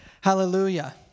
Hallelujah